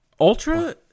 Ultra